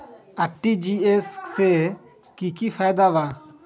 RTGS से की की फायदा बा?